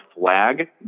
flag